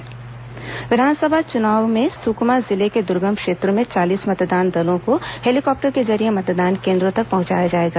सुब्रत साहू बस्तर दौरा विधानसभा चुनाव में सुकमा जिले के दुर्गम क्षेत्रों में चालीस मतदान दलों को हेलीकॉप्टर के जरिए मतदान केन्द्रो तक पहुंचाया जाएगा